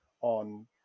on